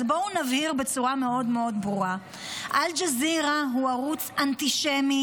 אז בואו נבהיר בצורה מאוד מאוד ברורה: אל-ג'זירה הוא ערוץ אנטישמי,